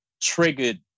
triggered